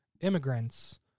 immigrants